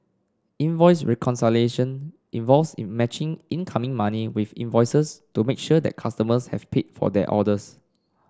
invoice reconciliation involves in matching incoming money with invoices to make sure that customers have paid for their orders